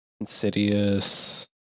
Insidious